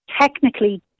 technically